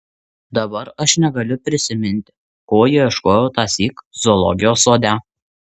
dabar aš negaliu prisiminti ko ieškojau tąsyk zoologijos sode